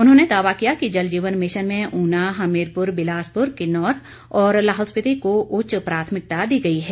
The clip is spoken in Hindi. उन्होंने दावा किया कि जलजीवन मिशन में ऊना हमीरपुर बिलासपुर किन्नौर और लाहौल स्पीति को उच्च प्राथमिकता दी गई है